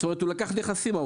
זאת אומרת, האוצר לקח נכסים .